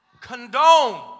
condone